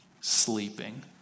sleeping